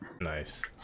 Nice